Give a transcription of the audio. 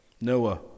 Noah